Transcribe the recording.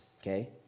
okay